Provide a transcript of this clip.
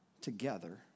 together